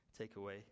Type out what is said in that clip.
takeaway